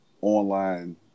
online